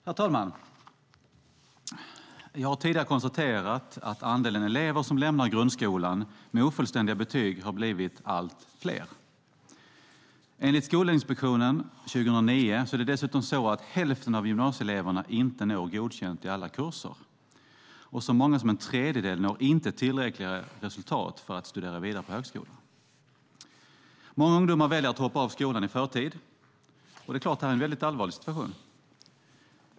Herr talman! Jag har tidigare konstaterat att andelen elever som lämnar grundskolan med ofullständiga betyg har blivit allt fler. Enligt Skolinspektionen 2009 är det dessutom så att hälften av gymnasieeleverna inte når godkänt i alla kurser. Så många som en tredjedel når inte tillräckliga resultat för att studera vidare på högskolan. Många ungdomar väljer att hoppa av skolan i förtid. Det är klart att det är en mycket allvarlig situation.